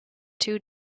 two